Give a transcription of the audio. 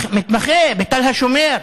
מתמחה בתל השומר.